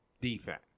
defense